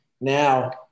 now